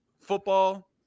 football